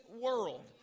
world